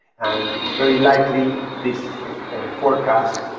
and very likely this forecast,